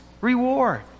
reward